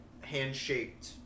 hand-shaped